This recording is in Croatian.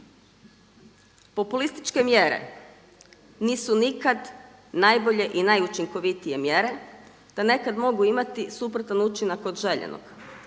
Populističke mjere nisu nikad najbolje i najučinkovitije mjere da nekad mogu imati suprotan učinak od željenog.